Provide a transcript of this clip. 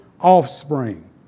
offspring